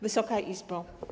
Wysoka Izbo!